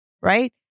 right